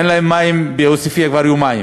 אין להם מים בעוספיא כבר יומיים